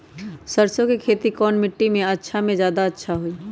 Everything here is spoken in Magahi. सरसो के खेती कौन मिट्टी मे अच्छा मे जादा अच्छा होइ?